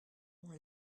ont